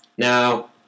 Now